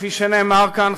כפי שנאמר כאן,